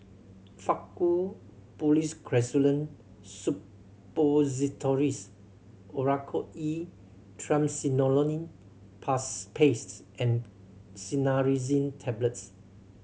Faktu Policresulen Suppositories Oracort E Triamcinolone Past Pastes and Cinnarizine Tablets